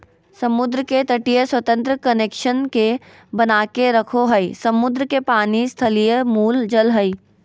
समुद्र के तटीय स्वतंत्र कनेक्शन के बनाके रखो हइ, समुद्र के पानी स्थलीय मूल जल हइ